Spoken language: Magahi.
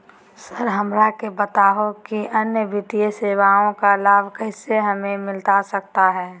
सर हमरा के बताओ कि अन्य वित्तीय सेवाओं का लाभ कैसे हमें मिलता सकता है?